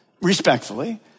respectfully